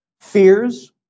Fears